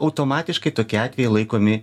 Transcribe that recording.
automatiškai tokie atvejai laikomi